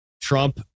Trump